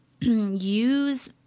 use